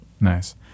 Nice